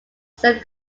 saint